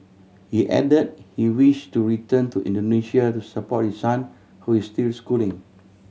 he added that he wished to return to Indonesia to support his son who is still schooling